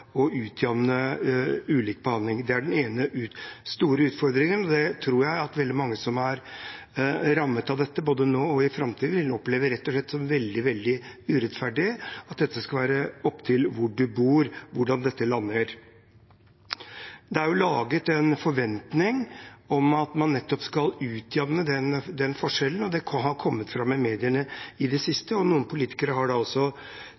ulik behandling. Det er den ene store utfordringen. Jeg tror veldig mange som er rammet av dette nå, og som vil bli rammet av det i framtiden, vil oppleve det som veldig urettferdig at det skal være opp til hvor du bor, hvordan dette lander. Det er laget en forventning om at man skal utjevne den forskjellen. Det har kommet fram i mediene i det siste. Noen politikere har,